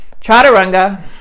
chaturanga